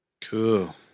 Cool